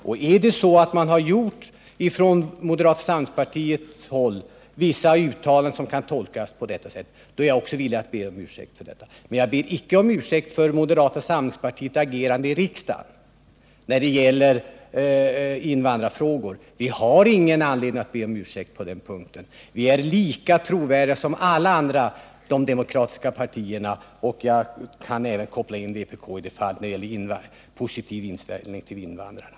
Och är det så att man från moderata samlingspartiets håll har gjort vissa uttalanden som kan tolkas på detta sätt, då är jag också villig att be om ursäkt för det. Men jag ber icke om ursäkt för moderata samlingspartiets agerande i riksdagen i invandrarfrågorna. Jag har ingen anledning att be om ursäkt på den punkten. Moderata samlingspartiet är lika trovärdigt som alla andra demokratiska partier — och jag kan även ta med vpk -— när det gäller en positiv inställning till invandrarna.